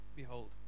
Behold